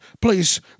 Please